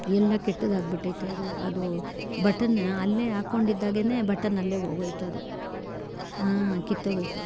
ಎಲ್ಲ ಕೆಟ್ಟದಾಗಿ ಬಿಟೈತೆ ಅದು ಅದು ಬಟನ್ ಅಲ್ಲೇ ಹಾಕ್ಕೊಂಡಿದ್ದಾಗೆಯೇ ಬಟನ್ ಅಲ್ಲೇ ಹೋಗೋಯ್ತದು ಹಾಂ ಕಿತ್ತೋಗೋಯ್ತು